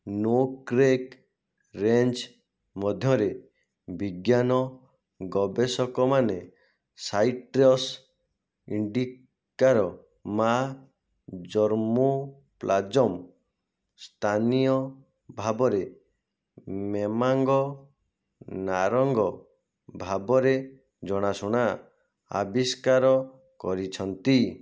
Nokrek range ମଧ୍ୟରେ ବିଜ୍ଞାନ ଗବେଷକମାନେ ସାଇଟ୍ରସ୍ ଇଣ୍ଡିକାର ମାଆ ଜର୍ମୋପ୍ଲାଜମ୍ ସ୍ଥାନୀୟ ଭାବରେ ମେମାଙ୍ଗ ନାରଙ୍ଗ ଭାବରେ ଜଣାଶୁଣା ଆବିଷ୍କାର କରିଛନ୍ତି